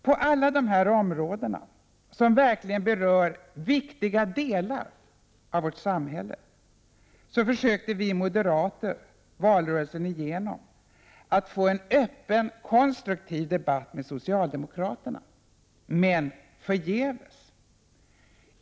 På alla de här områdena, som verkligen berör viktiga delar av vårt samhälle, försökte vi moderater valrörelsen igenom få en öppen, konstruktiv debatt med socialdemokraterna — men förgäves.